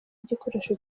igikoresho